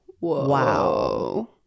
Wow